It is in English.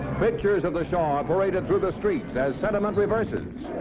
pictures of the shah are paraded through the streets as sentiment reverses.